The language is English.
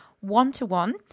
one-to-one